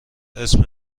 اسم